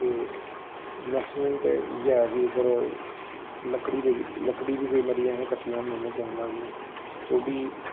ते मैक्सीमम ते इ'यै ऐ कि इद्धर लकड़ी भई लकड़ी बी केईं बारी अस कट्टी लैन्ने होन्नें जंगला दी गै ते ओह् बी